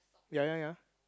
ya ya ya